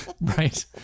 Right